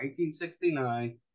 1969